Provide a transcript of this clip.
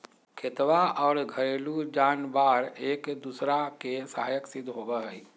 खेतवा और घरेलू जानवार एक दूसरा के सहायक सिद्ध होबा हई